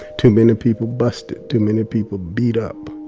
too many people busted, too many people beat up